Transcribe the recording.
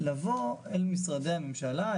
לבוא אל משרדי הממשלה,